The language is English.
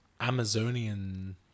Amazonian